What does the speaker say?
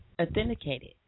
authenticated